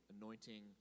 anointing